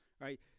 right